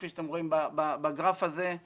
כפי שאתם רואים בגרף הזה,